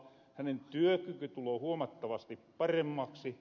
hänen työkyky tuloo huomattavasti paremmaksi